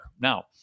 Now